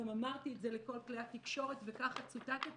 גם אמרתי את זה לכל כלי התקשורת וככה צוטטתי,